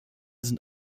sind